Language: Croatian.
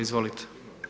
Izvolite.